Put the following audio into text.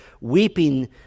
weeping